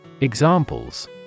Examples